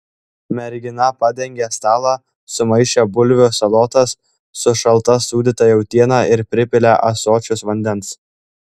mergina padengė stalą sumaišė bulvių salotas su šalta sūdyta jautiena ir pripylė ąsočius vandens